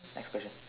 next question